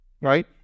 right